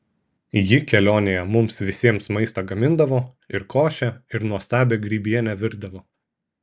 ji kelionėje mums visiems maistą gamindavo ir košę ir nuostabią grybienę virdavo